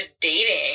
dating